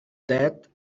that